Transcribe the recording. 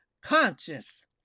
conscious